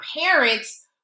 parents